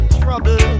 trouble